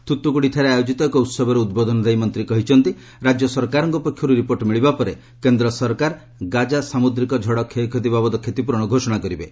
ଥୁତ୍କୁଡ଼ିଠାରେ ଆୟୋଜିତ ଏକ ଉହବରେ ଉଦ୍ବୋଧନ ଦେଇ ମନ୍ତ୍ରୀ କହିଛନ୍ତି ରାଜ୍ୟ ସରକାରଙ୍କ ପକ୍ଷରୁ ରିପୋର୍ଟ ମିଳିବା ପରେ କେନ୍ଦ୍ର ସରକାର 'ଗାଜା' ସାମୁଦ୍ରିକ ଝଡ଼ କ୍ଷୟକ୍ଷତି ବାବଦ କ୍ଷତିପ୍ରରଣ ଘୋଷଣା କରିବେ